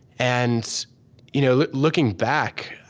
and you know looking back,